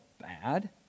bad